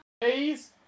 Please